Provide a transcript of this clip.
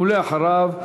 ואחריו,